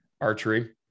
Archery